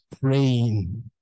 praying